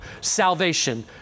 salvation